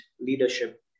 leadership